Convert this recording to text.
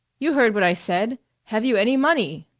you heard what i said. have you any money?